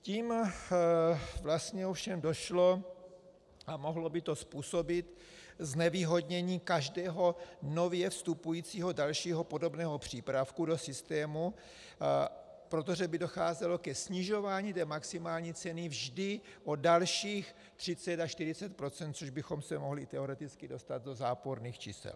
Tím vlastně ovšem došlo, a mohlo by to způsobit znevýhodnění každého nově vstupujícího dalšího podobného přípravku do systému, protože by docházelo ke snižování maximální ceny vždy o dalších 30 až 40 %, což bychom se mohli teoreticky dostat do záporných čísel.